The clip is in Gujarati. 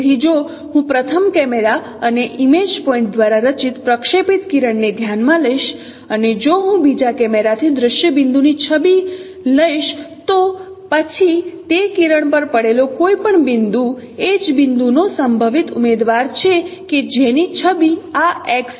તેથી જો હું પ્રથમ કેમેરા અને ઇમેજ પોઇન્ટ દ્વારા રચિત પ્રક્ષેપિત કિરણ ને ધ્યાન માં લઈશ અને જો હું બીજા કેમેરાથી દ્રશ્ય બિંદુની છબી લઈશ તો પછી તે કિરણ પર પડેલો કોઈપણ બિંદુ એ જ બિંદુનો સંભવિત ઉમેદવાર છે કે જેની છબી આ x છે